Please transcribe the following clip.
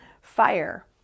fire